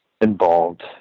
involved